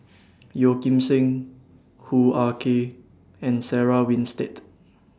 Yeo Kim Seng Hoo Ah Kay and Sarah Winstedt